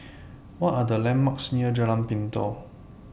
What Are The landmarks near Jalan Pintau